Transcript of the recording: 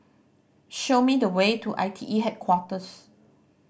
show me the way to I T E Headquarters